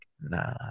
nah